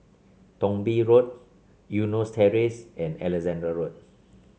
Thong Bee Road Eunos Terrace and Alexandra Road